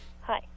Hi